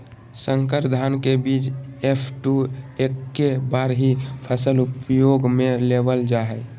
संकर धान के बीज एफ.टू एक्के बार ही फसल उपयोग में लेवल जा हइ